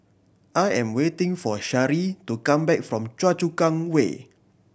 I am waiting for Sharee to come back from Choa Chu Kang Way